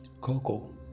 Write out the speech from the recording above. Coco